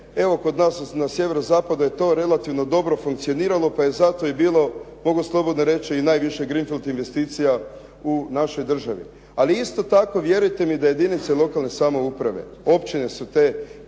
evo kod nas na sjeveru zapada je to relativno dobro funkcioniralo pa je zato i bilo mogu slobodno reći i najviše greenfield investicija u našoj državi. Ali isto tako vjerujte mi da jedinice lokalne samouprave općine su te